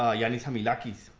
ah yannis hamilakis,